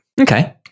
Okay